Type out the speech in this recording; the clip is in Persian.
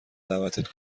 دعوتت